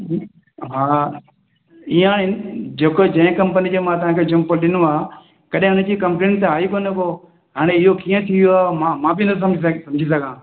हा इहो आहिनि जेको जीअं कंपनी जी मां तव्हां खे चंपल ॾिनो आहे कॾहिं उन जी कंपलेंट त आई कोन पोइ हाणे इहो कीअं थी वियो मां मां बि न सम्झी सम्झी सघां